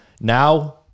Now